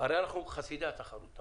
הרי חסידי התחרות.